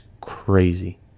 crazy